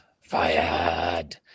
fired